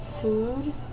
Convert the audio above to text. food